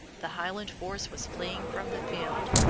the highland force was fleeing from the field,